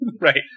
Right